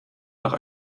nach